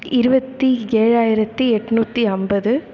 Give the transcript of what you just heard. இருபத்தி ஏழாயிரத்து எட்நூற்றி ஐம்பது